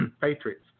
Patriots